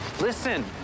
Listen